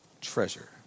treasure